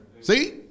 See